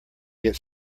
get